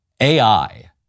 AI